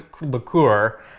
liqueur